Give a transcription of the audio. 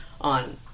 on